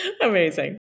Amazing